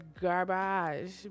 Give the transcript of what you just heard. garbage